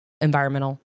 environmental